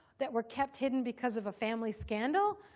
that were kept hidden because of a family scandal,